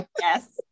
yes